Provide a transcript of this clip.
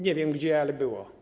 Nie wiem gdzie, ale było.